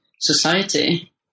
society